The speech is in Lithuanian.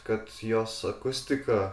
kad jos akustika